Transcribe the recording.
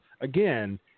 again